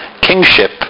kingship